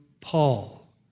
Paul